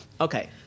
Okay